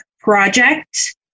Project